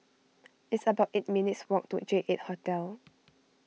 it's about eight minutes' walk to J eight Hotel